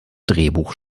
drehbuch